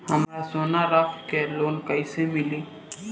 हमरा सोना रख के लोन कईसे मिली?